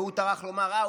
והוא טרח לומר: אה,